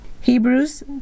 Hebrews